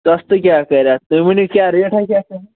سستہٕ کیٛاہ کَرِ اَتھ تُہۍ ؤنو کیٛاہ ریٹاہ کیٛاہ چھِ اتھ